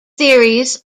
theories